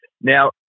Now